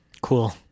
Cool